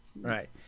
Right